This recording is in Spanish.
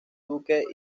duque